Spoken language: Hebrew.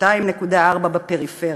2.4 בפריפריה,